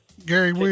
Gary